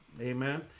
Amen